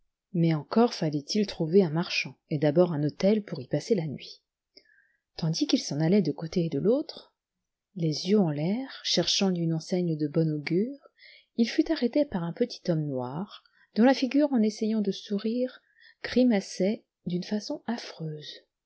mais encore fallait-il trouver un marchand et d'abord un hôtel pour y passer la nuit tandis qu'il s'en allait de côté et d'autre les yeux en l'air cherchant une enseigne de bon augure il fut arrêté par un petit homme noir dont la figure en essayant de sourire grimaçait d'une façon affreuse